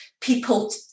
people